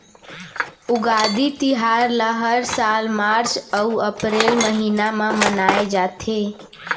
उगादी तिहार ल हर साल मार्च अउ अपरेल महिना म मनाए जाथे